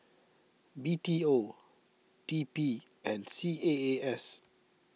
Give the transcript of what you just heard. B T O T P and C A A S